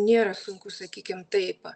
nėra sunku sakykim taip